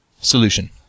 solution